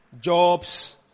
Jobs